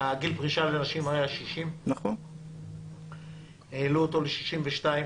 גיל הפרישה לנשים היה 60, והעלו אותו ל-62.